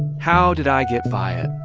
how did i get by it?